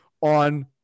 on